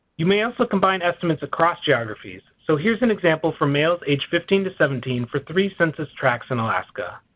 you may also combine estimates across geographies. so here's an example for males age fifteen to seventeen for three census tracts in alaska.